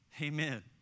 Amen